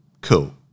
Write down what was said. cool